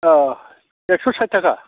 अ एक्स' साथि थाखा